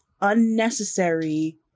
unnecessary